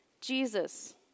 Jesus